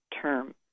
term